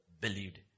believed